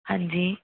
ਹਾਂਜੀ